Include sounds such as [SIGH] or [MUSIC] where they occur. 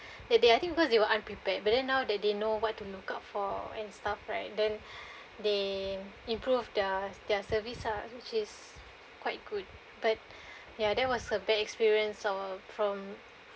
that day I think because there were unprepared but then now that they know what to look out for and stuff right then [BREATH] they improved their their service ah which is quite good but ya there was a bad experience of~ from